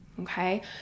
okay